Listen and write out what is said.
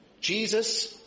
Jesus